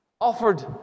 offered